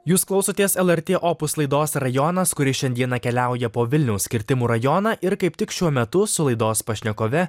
jūs klausotės lrt opus laidos rajonas kuri šiandieną keliauja po vilniaus kirtimų rajoną ir kaip tik šiuo metu su laidos pašnekove